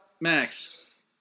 Max